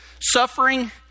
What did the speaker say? Suffering